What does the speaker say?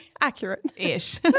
Accurate-ish